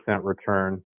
return